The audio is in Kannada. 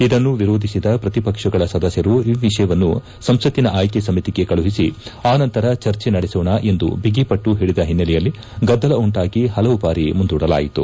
ಇದನ್ನು ವಿರೋಧಿಸಿದ ಪ್ರತಿಪಕ್ಷಗಳ ಸದಸ್ಯರು ಈ ವಿಷಯವನ್ನು ಸಂಸತ್ತಿನ ಆಯ್ಕೆ ಸಮಿತಿಗೆ ಕಳುಹಿಸಿ ಆ ನಂತರ ಚರ್ಚೆ ನಡೆಸೋಣ ಎಂದು ಬಿಗಿಪಟ್ಟು ಹಿಡಿದ ಹಿನ್ನೆಲೆಯಲ್ಲಿ ಗದ್ದಲ ಉಂಟಾಗಿ ಹಲವು ಬಾರಿ ಮುಂದೂಡಲಾಯಿತು